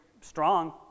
strong